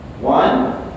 One